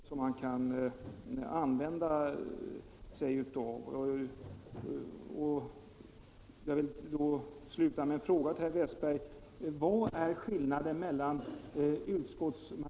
Jag vill sluta med att fråga herr Westberg: Vad är skillnaden mellan utskottsmajoritetens skrivning, där man tillstyrker motionerna, och reservationen?